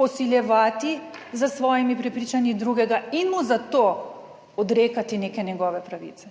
posiljevati s svojimi prepričanji drugega in mu za to odrekati neke njegove pravice.